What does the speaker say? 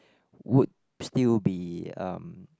would still be um